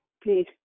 please